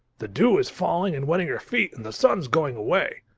the dew is falling and wetting her feet and the sun's going away.